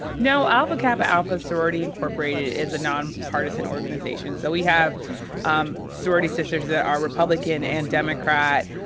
no. alpha kappa alpha sorority, incorporated is a nonpartisan organization. so we have um sorority sisters that are republican and democrat.